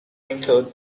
include